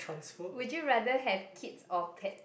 would you rather have kids or pets